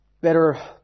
better